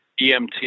EMT